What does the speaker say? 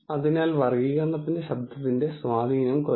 അതിനാൽ വർഗ്ഗീകരണത്തിൽ ശബ്ദത്തിന്റെ സ്വാധീനം കുറയും